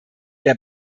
der